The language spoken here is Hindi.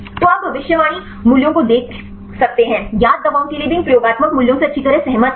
तो आप भविष्यवाणी मूल्यों को देख सकते हैं ज्ञात दवाओं के लिए भी इन प्रयोगात्मक मूल्यों से अच्छी तरह सहमत हैं